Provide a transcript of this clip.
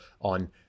on